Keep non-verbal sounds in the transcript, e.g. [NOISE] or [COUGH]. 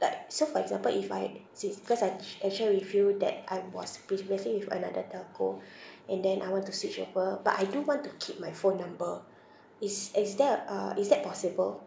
like so for example if I swis~ cause I [NOISE] mentioned with you that I'm was previously with another telco and then I want to switch over but I do want to keep my phone number is is there uh uh is that possible